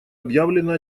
объявлено